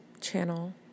channel